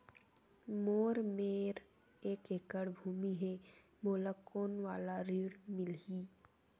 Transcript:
मोर मेर एक एकड़ भुमि हे मोला कोन वाला ऋण मिलही?